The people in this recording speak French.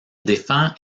défend